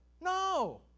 No